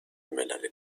ملل